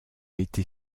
été